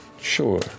Sure